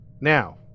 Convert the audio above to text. Now